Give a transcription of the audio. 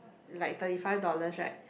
is like thirty five dollars right